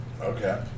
Okay